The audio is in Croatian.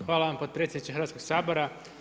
Hvala vam potpredsjedniče Hrvatskog sabora.